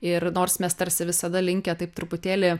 ir nors mes tarsi visada linkę taip truputėlį